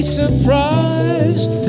surprised